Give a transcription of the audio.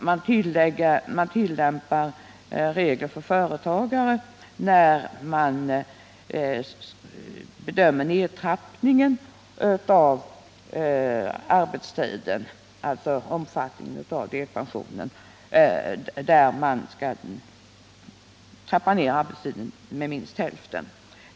Man tillämpar regler för företagare när man bedömer omfattningen av delpensionen, dvs. arbetstiden skall trappas ned med minst hälften.